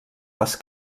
les